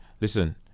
listen